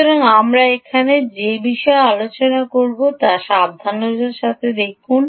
সুতরাং আমরা এখন যে বিষয়ে আলোচনা করব তা সাবধানতার সাথে দেখুন